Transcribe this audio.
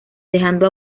dejando